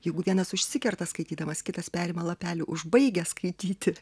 jeigu vienas užsikerta skaitydamas kitas perima lapelį užbaigia skaityti